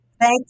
Thank